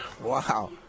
Wow